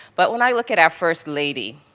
but when i look at our first lady,